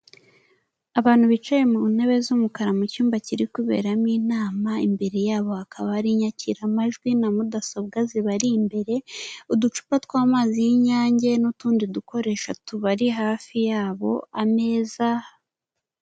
Abantu bicaye mu ntebe z'umukara mu cyumba kiri kuberamo inama, imbere yabo hakaba hari inyakiramajwi na mudasobwa zibari imbere, uducupa tw'amazi y'Inyange n'utundi dukoresho tubari hafi yabo, ameza.